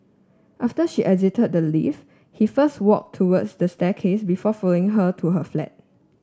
after she exited the lift he first walked towards the staircase before following her to her flat